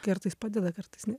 kartais padeda kartais ne